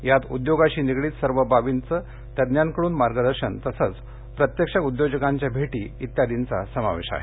यात उद्योगाशी निगडीत सर्व बाबींचं तज्ञाकडून मार्गदर्शन तसंच प्रत्यक्ष उद्योजकांच्या भेटी इत्यादिंचा समावेश आहे